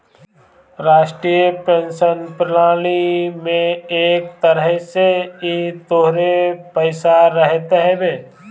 राष्ट्रीय पेंशन प्रणाली में एक तरही से इ तोहरे पईसा रहत हवे